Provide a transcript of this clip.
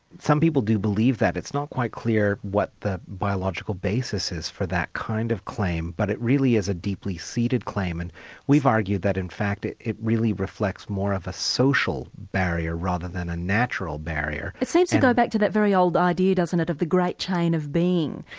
some people do believe that. it's not quite clear what the biological basis is for that kind of claim but it really is a deeply-seated claim. and we've argued that in fact it it really reflects more of a social barrier rather than a natural barrier. it seems to go back to that very old idea of of the great chain of being.